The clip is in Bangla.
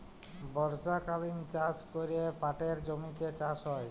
বর্ষকালীল চাষ ক্যরে পাটের জমিতে চাষ হ্যয়